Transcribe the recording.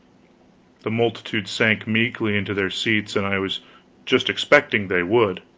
the multitude sank meekly into their seats, and i was just expecting they would.